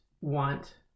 want